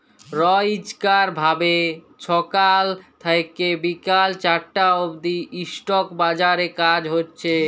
রইজকার ভাবে ছকাল থ্যাইকে বিকাল চারটা অব্দি ইস্টক বাজারে কাজ হছে